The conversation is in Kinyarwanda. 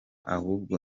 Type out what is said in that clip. ahubwo